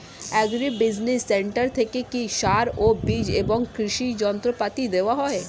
Agri business centre থেকে কি সার ও বিজ এবং কৃষি যন্ত্র পাতি দেওয়া হয়?